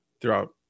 throughout